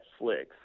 Netflix